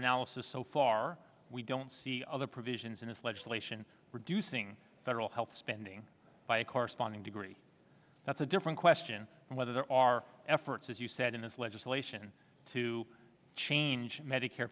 analysis so far we don't see other provisions in this legislation reducing federal health spending by a corresponding degree that's a different question whether there are efforts as you said in this legislation to change medicare